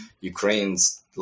Ukraine's